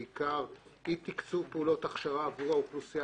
בעיקר אי תקצוב פעולות הכשרה עבור האוכלוסייה